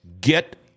get